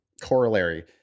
corollary